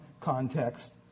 context